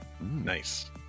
Nice